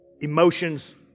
Emotions